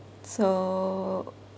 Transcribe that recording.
so